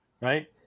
right